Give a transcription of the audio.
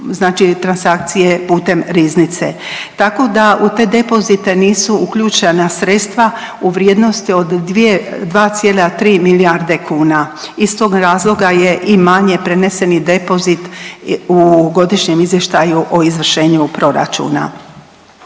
znači transakcije putem riznice. Tako da u te depozite nisu uključena sredstva u vrijednosti o 2,3 milijarde kuna. Iz tog razloga je i manje preneseni depozit u Godišnjem izvještaju o izvršenju proračuna.